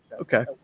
Okay